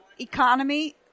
economy